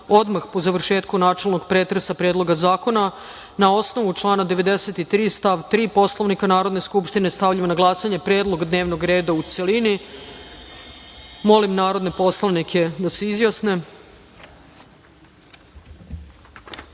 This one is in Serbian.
odmah po završetku načelnog pretresa predloga zakona, na osnovu člana 93. stav 3. Poslovnika Narodne skupštine, stavljam na glasanje Predlog dnevnog reda u celini. Molim narodne poslanike da se